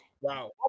Wow